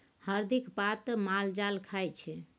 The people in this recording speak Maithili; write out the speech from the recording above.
हरदिक पात माल जाल खाइ छै